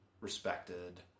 respected